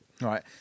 Right